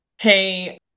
hey